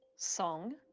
song.